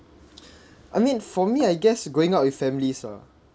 I mean for me I guess going out with families ah